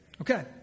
Okay